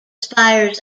spires